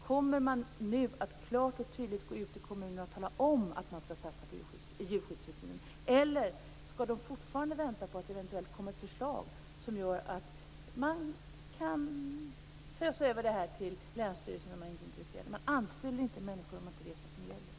Kommer man nu att gå ut i kommunerna och klart och tydligt tala om att man skall satsa på djurskyddstillsynen, eller skall kommunerna fortfarande få vänta på att det eventuellt kommer ett förslag som gör att man kan fösa över det här till länsstyrelserna, om man inte är intresserad? Man anställer inte människor om man inte vet vad som gäller.